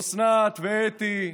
אוסנת ואתי,